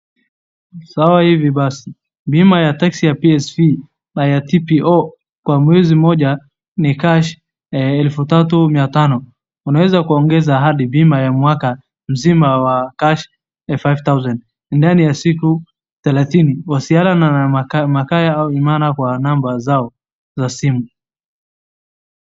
Sawa hivi basi bima ya taxi ya PSV na ya TPO kwa mwezi moja ni cash elfu tatu mia tano. Unaweza kuongeza hali bima ya mwaka mzima ya five thousands ndani ya siku therathini wasiana na makaya ama imara kwa namba zao za simu.